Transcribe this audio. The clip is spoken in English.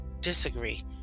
disagree